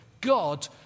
God